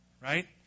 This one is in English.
right